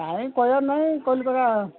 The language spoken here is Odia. ନାଇଁ କହିବାର ନାହିଁ କହିଲି ପରା